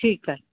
ठीकु आहे